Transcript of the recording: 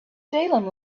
salem